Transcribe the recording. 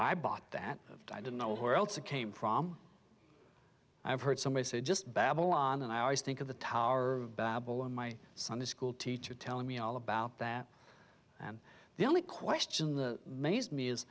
i bought that i don't know where else it came from i've heard somebody say just babylon and i always think of the tower of babel in my sunday school teacher telling me all about that and the only question in the maze me is